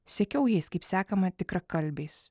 sekiau jais kaip sekama tikrakalbiais